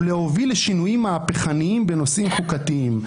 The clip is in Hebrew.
ולהוביל לשינויים מהפכניים בנושאים חוקתיים".